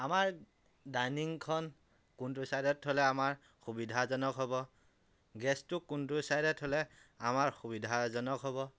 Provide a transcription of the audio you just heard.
আমাৰ ডাইনিঙখন কোনটো চাইডত থলে আমাৰ সুবিধাজনক হ'ব গেছটো কোনটো চাইডে থ'লে আমাৰ সুবিধাজনক হ'ব